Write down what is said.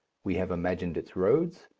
we have imagined its roads,